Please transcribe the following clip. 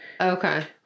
Okay